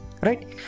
right